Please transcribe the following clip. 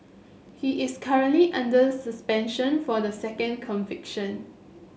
he is currently under suspension for the second conviction